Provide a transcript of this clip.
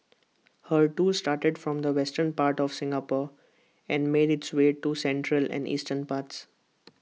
her tour started from the western part of Singapore and made its way to the central and eastern parts